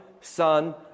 son